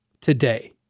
today